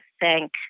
thank